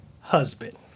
husband